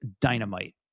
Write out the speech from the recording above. dynamite